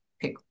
pick